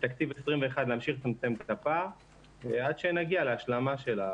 בתקציב 2021 להמשיך לצמצם את הפער עד שנגיע להשלמה.